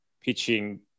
pitching